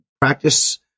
practice